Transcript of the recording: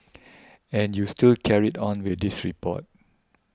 and you still carried on with this report